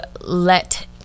let